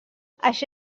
així